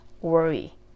worry